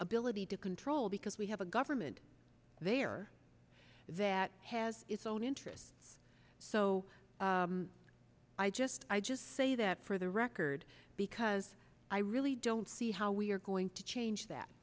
ability to control because we have a government there that has its own interests so i just i just say that for the record because i really don't see how we are going to change that